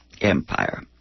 Empire